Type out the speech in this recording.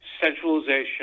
centralization